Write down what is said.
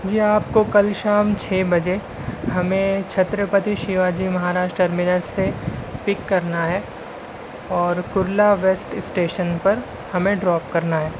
جی ہاں آپ کو کل شام چھ بجے ہمیں چھترپتی شیواجی مہاراج ٹرمنل سے پک کرنا ہے اور کرلا ویسٹ اسٹیشن پر ہمیں ڈراپ کرنا ہے